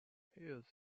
hughes